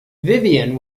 vivian